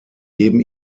geben